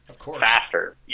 faster